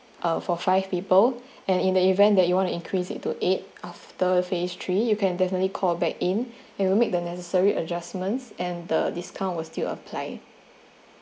uh for five people and in the event that you want to increase into eight after phase three you can definitely call back in I will make the necessary adjustments and the discount will still apply